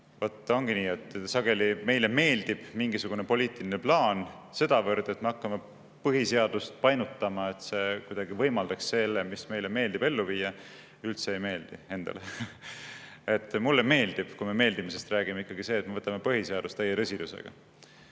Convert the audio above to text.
"vot ongi nii, et sageli meile meeldib mingisugune poliitiline plaan sedavõrd, et me hakkame põhiseadust painutama, et see kuidagi võimaldaks selle, mis meile meeldib, ellu viia", üldse ei meeldi. Mulle meeldib – kui me meeldimisest räägime – ikkagi see, et me võtame põhiseadust täie tõsidusega. Toon